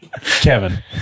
Kevin